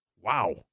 wow